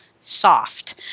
soft